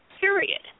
period